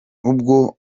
ubwo